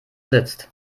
sitzt